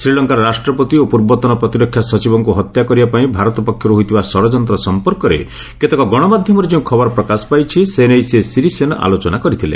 ଶ୍ରୀଲଙ୍କାର ରାଷ୍ଟ୍ରପତି ଓ ପୂର୍ବତନ ପ୍ରତିରକ୍ଷା ସଚିବଙ୍କୁ ହତ୍ୟା କରିବା ପାଇଁ ଭାରତ ପକ୍ଷରୁ ହୋଇଥିବା ଷଡ଼ଯନ୍ତ୍ର ସଂପର୍କରେ କେତେକ ଗଣମାଧ୍ୟମରେ ଯେଉଁ ଖବର ପ୍ରକାଶ ପାଇଛି ସେ ନେଇ ଶ୍ରୀ ସିରିସେନ ଆଲୋଚନା କରିଥିଲେ